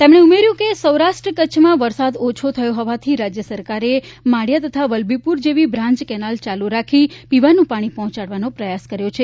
તેમણે ઉમેર્યું હતું કે સૌરાષ્ટ્ર કચ્છમાં વરસાદ ઓછો થયો હોવાથી રાજ્ય સરકારે માળિયા તથા વલભીપુર જેવી બ્રાન્ચ કેનાલ ચાલુ રાખી પીવાનું પાણી પહોંચાડવાનો પ્રયાસ કરાયો છે